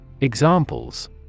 Examples